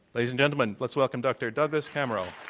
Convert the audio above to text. ladies and gentlemen, let's welcome dr. douglas kamerow.